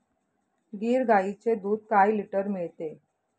गीर गाईचे दूध काय लिटर मिळते?